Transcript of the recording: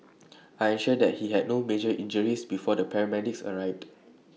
I ensured that he had no major injuries before the paramedics arrived